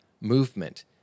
movement